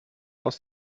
aus